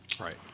Right